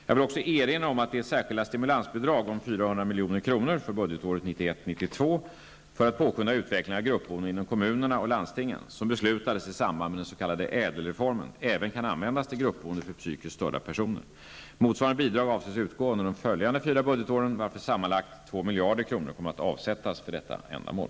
Jag vill också erinra om att det särskilda stimulansbidraget om 400 milj.kr för budgetåret reformen, även kan användas till gruppboende för psykiskt störda personer. Motsvarande bidrag avses utgå under de följande fyra budgetåren, varför sammanlagt 2 000 milj.kr. kommer att avsätts för detta ändamål.